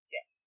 Yes